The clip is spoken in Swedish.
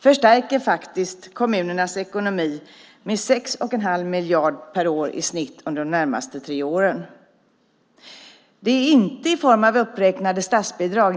förstärker kommunernas ekonomi med 6,5 miljard per år i snitt de närmaste tre åren. Det är inte i form av uppräknade statsbidrag.